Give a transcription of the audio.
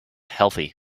healthy